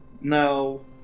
No